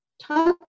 talk